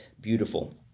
beautiful